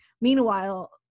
meanwhile